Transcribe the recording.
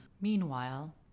Meanwhile